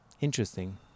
Interesting